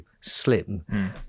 slim